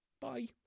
Bye